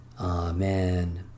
Amen